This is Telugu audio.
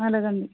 అలగండి